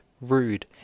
rude